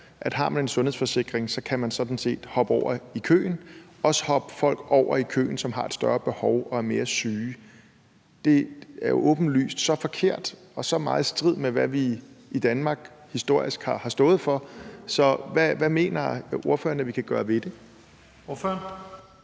at har man en sundhedsforsikring, kan man sådan set hoppe over i køen og også hoppe folk over i køen, som har et større behov og er mere syge. Det er jo åbenlyst så forkert og så meget i strid med, hvad vi i Danmark historisk har stået for. Så hvad mener ordføreren at vi kan gøre ved det? Kl.